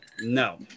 no